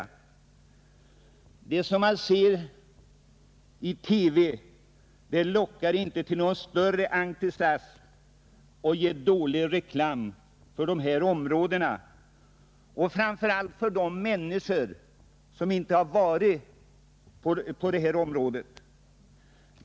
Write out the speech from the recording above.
Det som man får se i TV inger inte någon större entusiasm och ger dålig reklam för dessa områden, framför allt hos de människor som inte besökt området.